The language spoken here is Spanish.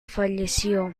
falleció